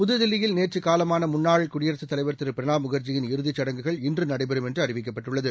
புதுதில்லியில் நேற்று காலமான முன்னாள் குடியரசுத் தலைவர் திரு பிரணாப் முகர்ஜி இறுதிச் சடங்குகள் இன்று நடைபெறும் என்று அறிவிக்கப்பட்டுள்ளது